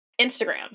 Instagram